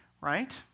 right